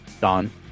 Don